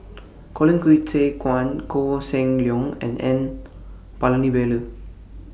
Colin Qi Zhe Quan Koh Seng Leong and N Palanivelu